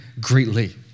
greatly